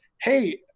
Hey